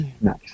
Nice